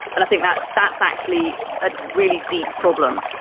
and i think that that's actually a really deep problem.